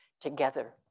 together